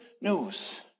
news